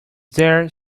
there